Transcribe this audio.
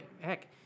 heck